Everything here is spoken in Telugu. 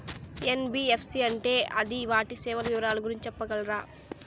ఎన్.బి.ఎఫ్.సి అంటే అది వాటి సేవలు వివరాలు గురించి సెప్పగలరా?